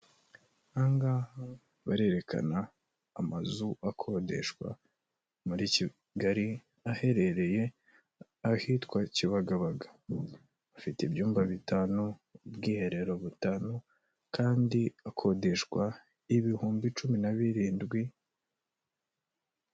Ahangaha barerekana amazu akodeshwa muri kigali aherereye ahitwa kibagabaga bafite ibyumba bitanu. Ubwiherero butanu, kandi akodeshwa ibihumbi cumi na birindwi.